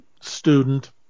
student